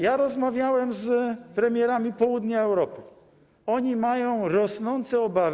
Ja rozmawiałem z premierami z południa Europy, oni mają rosnące obawy.